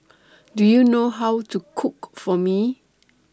Do YOU know How to Cook For Mee